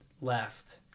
left